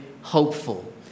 hopeful